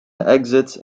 exits